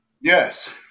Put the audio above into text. yes